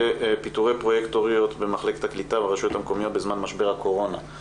פיטורי פרוייקטוריות במחלקת הקליטה ברשויות המקומיות בזמן משבר הקורונה.